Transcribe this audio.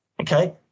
Okay